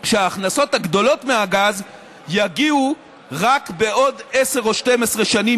שההכנסות הגדולות מהגז יגיעו רק בעוד עשר או 12 שנים,